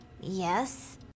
Yes